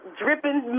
dripping